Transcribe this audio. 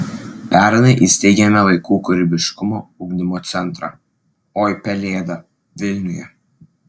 pernai įsteigėme vaikų kūrybiškumo ugdymo centrą oi pelėda vilniuje